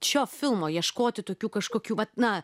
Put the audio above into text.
šio filmo ieškoti tokių kažkokių vat na